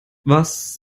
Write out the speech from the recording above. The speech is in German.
was